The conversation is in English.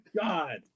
God